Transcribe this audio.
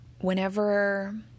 Whenever